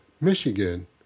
Michigan